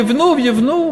יבנו ויבנו.